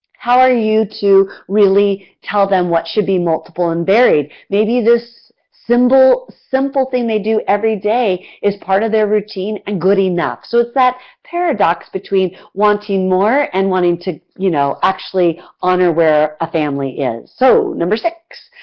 how are you to really tell them what should be multiple and varied? maybe this simple simple thing they do every day is part of their routine and good enough. so it's that paradox between wanting more and wanting to you know actually honor where our ah family is. so, number six.